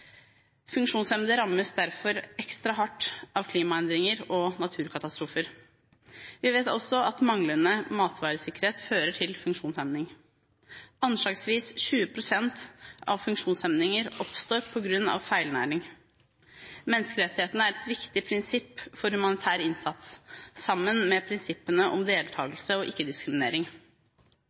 Funksjonshemmede rammes derfor ekstra hardt av klimaendringer og naturkatastrofer. Vi vet også at manglende matvaresikkerhet fører til funksjonshemning. Anslagsvis 20 pst. av funksjonshemninger oppstår på grunn av feilernæring. Menneskerettighetene er et viktig prinsipp for humanitær innsats, sammen med prinsippene om deltakelse og